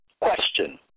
Question